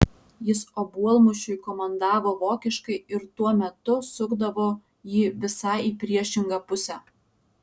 jis obuolmušiui komandavo vokiškai ir tuo metu sukdavo jį visai į priešingą pusę